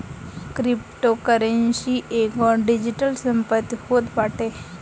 cryptocurrency एगो digital संपत्ति होत बाटे